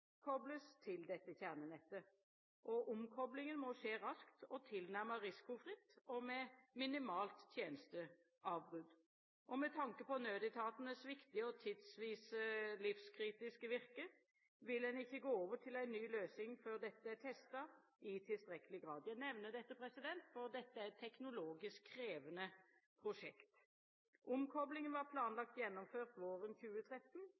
til dette kjernenettet. Omkoblingen må skje raskt og tilnærmet risikofritt og med minimalt tjenesteavbrudd. Med tanke på nødetatenes viktige og tidvis livskritiske virke vil en ikke gå over til en ny løsning før dette er testet i tilstrekkelig grad. Jeg nevner dette fordi dette er et teknologisk krevende prosjekt. Omkoblingen var planlagt gjennomført våren 2013.